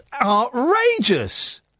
outrageous